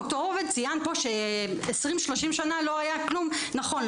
ד"ר עובד ציין פה שעשרים-שלושים שנה לא היה כלום נכון,